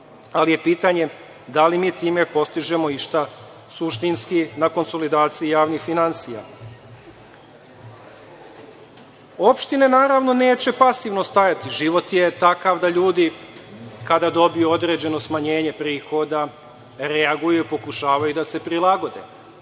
ali je pitanje da li mi time postižemo i šta suštinski na konsolidaciji javnih finansija? Opštine neće pasivno stajati, život je takav da ljudi kada dobiju određeno smanjenje prihoda reaguju, pokušavaju da se prilagode,